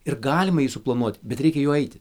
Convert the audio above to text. ir galima jį suplanuoti bet reikia juo eiti